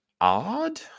odd